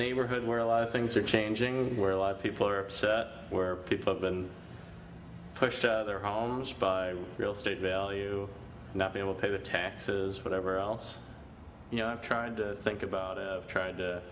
neighborhood where a lot of things are changing where a lot of people are where people have been pushed to their homes by real estate value not be able to pay the taxes whatever else you know i'm trying to think about trying to